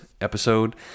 episode